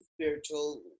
spiritual